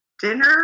dinner